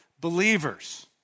believers